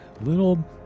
little